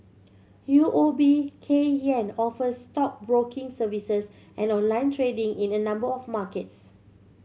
U O B Kay Hian offers stockbroking services and online trading in a number of markets